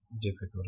difficult